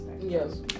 yes